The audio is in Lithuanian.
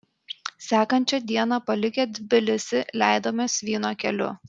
sekančią dieną palikę tbilisį leidomės vyno keliu